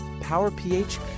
Power-PH